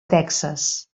texas